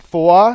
Four